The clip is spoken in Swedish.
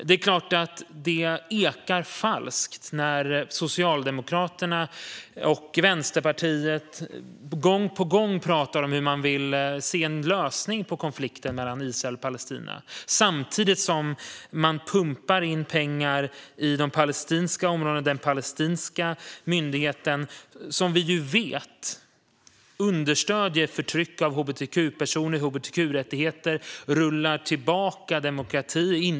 Det är klart att det ekar falskt när Socialdemokraterna och Vänsterpartiet gång på gång säger att man vill se en lösning på konflikten mellan Israel och Palestina. Samtidigt pumpar man in pengar i de palestinska områdena. Vi vet att den palestinska myndigheten understöder förtryck av hbtq-personer och hbtq-rättigheter. Den palestinska myndigheten drar in på demokrati.